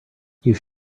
should